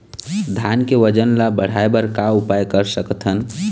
धान के वजन ला बढ़ाएं बर का उपाय कर सकथन?